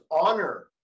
honor